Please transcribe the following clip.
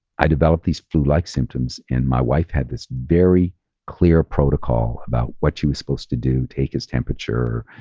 i developed these flu-like symptoms and my wife had this very clear protocol about what she was supposed to do, take his temperature,